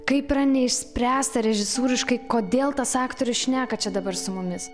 kaip yra neišspręsta režisūriškai kodėl tas aktorius šneka čia dabar su mumis